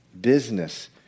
business